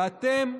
ואתם,